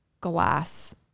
glass